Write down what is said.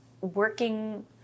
working